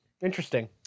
Interesting